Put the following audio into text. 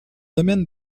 domaine